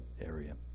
area